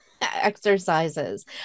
exercises